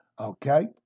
okay